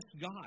God